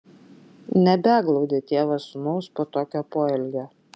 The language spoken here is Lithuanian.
nebeglaudė tėvas sūnaus po tokio poelgio